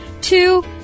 Two